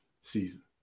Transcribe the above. season